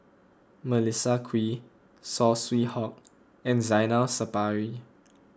Melissa Kwee Saw Swee Hock and Zainal Sapari